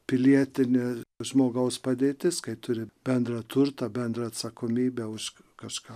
pilietinė žmogaus padėtis kai turi bendrą turtą bendrą atsakomybę už kažką